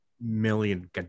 million